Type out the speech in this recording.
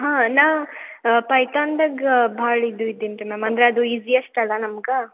ಹಾಂ ನಾನು ಪೈತಾನ್ದಾಗೆ ಭಾಳ ಇದು ಇದ್ದೀನ್ರಿ ಮ್ಯಾಮ್ ಅಂದರೆ ಅದು ಈಸಿಯೆಸ್ಟ್ ಅಲ್ವ ನಮ್ಗೆ